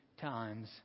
times